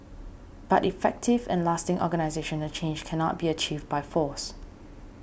but effective and lasting organisational change cannot be achieved by force